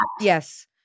Yes